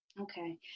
okay